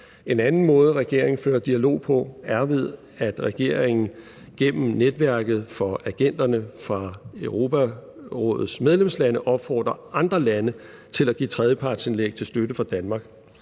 En anden måde, regeringen fører dialog på, er, ved at regeringen gennem netværket for agenterne fra Europarådets medlemslande opfordrer andre lande til at give tredjepartsindlæg til støtte for Danmark.